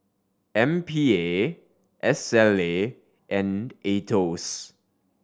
M P A S L A and Aetos